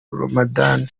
ramadhan